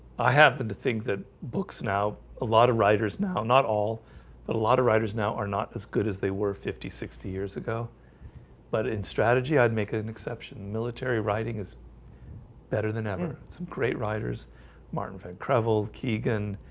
i happen to think that books now a lot of writers now, not all ah lot of writers now are not as good as they were fifty sixty years ago but in strategy i'd make an exception military writing is better than ever some great writers martin fan crevel keegan